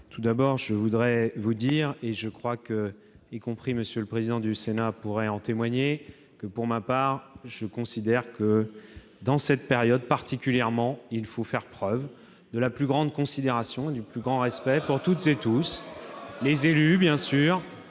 tout d'abord, je veux vous dire- je crois que M. le président du Sénat pourra en témoigner -que, pour ma part, je considère, dans cette période en particulier, qu'il faut faire preuve de la plus grande considération et du plus grand respect pour toutes et tous les élus, bien sûr,